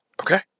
Okay